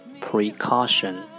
Precaution